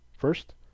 first